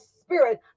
spirit